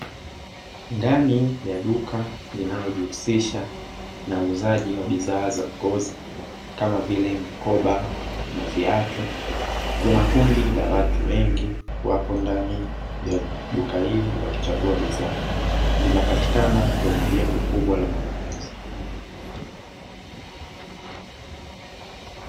Ndani ya duka linalojihusisha na uuzaji wa bidhaa za ngozi, kama vile mikoba na viatu, kuna kundi la watu wengi wapo ndani ya duka hili wakichagua bidhaa. Linapatikana kwenye jengo kubwa la manunuzi.